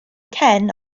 cen